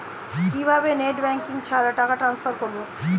কিভাবে net banking ছাড়া টাকা টান্সফার করব?